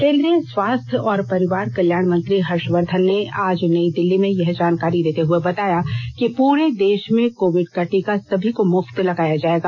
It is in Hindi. केंद्रीय स्वास्थ्य और परिवार कल्याण मंत्री हर्षवर्धन ने आज नई दिल्ली में यह जानकारी देते हुए बताया कि पूरे देश में कोविड का टीका सभी को मुफ्त में लगाया जाएगा